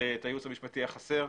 הייעוץ המשפטי החסר.